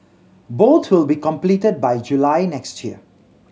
both will be completed by July next year